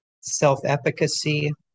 self-efficacy